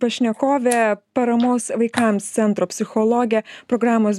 pašnekovę paramos vaikams centro psichologę programos